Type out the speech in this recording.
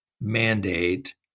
mandate